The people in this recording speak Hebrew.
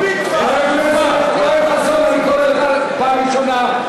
חבר הכנסת יואל חסון, אני קורא אותך פעם ראשונה.